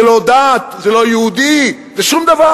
זה לא דת, זה לא יהודי, זה שום דבר.